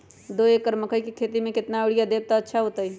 दो एकड़ मकई के खेती म केतना यूरिया देब त अच्छा होतई?